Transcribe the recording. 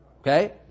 Okay